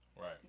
Right